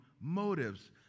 motives